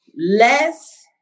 less